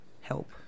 Help